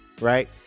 right